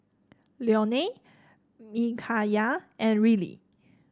Leonel Micayla and Riley